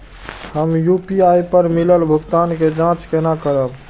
हम यू.पी.आई पर मिलल भुगतान के जाँच केना करब?